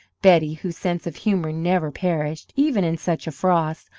betty, whose sense of humour never perished, even in such a frost,